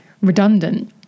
redundant